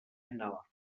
hnala